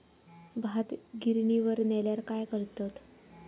भात गिर्निवर नेल्यार काय करतत?